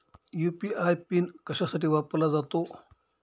UPI PIN कशासाठी वापरला जातो?